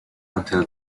until